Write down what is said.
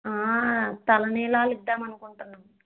తలనీలాలు ఇద్దాము అనుకుంటున్నాము